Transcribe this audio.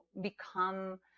become